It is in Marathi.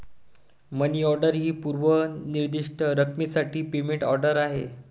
मनी ऑर्डर ही पूर्व निर्दिष्ट रकमेसाठी पेमेंट ऑर्डर आहे